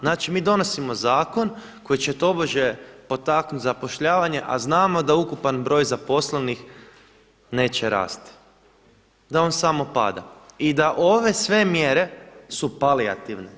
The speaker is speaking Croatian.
Znači mi donosimo zakon koji će tobože potaknuti zapošljavanje, a znamo da ukupan broj zaposlenih neće rasti, da on samo pada i da ove sve mjere su palijativne.